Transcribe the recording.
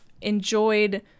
enjoyed